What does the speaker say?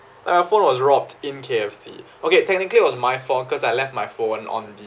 my phone was robed in K_F_C okay technically it was my fault because I left my phone on the